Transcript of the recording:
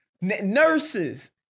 nurses